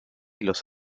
los